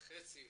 הדיון.